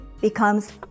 becomes